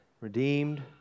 redeemed